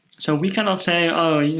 so we cannot say, oh, yeah